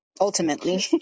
ultimately